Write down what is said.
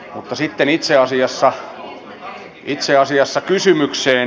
mutta sitten itse asiassa kysymykseen